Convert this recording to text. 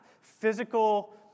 physical